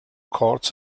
courts